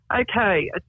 Okay